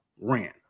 ran